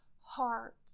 heart